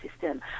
system